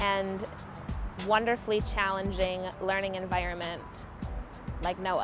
and wonderfully challenging us learning environment like no